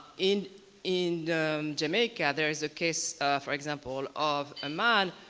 in in jamaica, there is a case for example of a man,